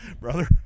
Brother